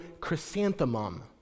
chrysanthemum